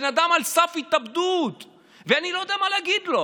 הבן אדם על סף התאבדות ואני לא יודע מה להגיד לו.